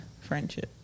friendship